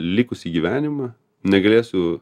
likusį gyvenimą negalėsiu